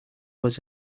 was